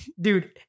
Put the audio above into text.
Dude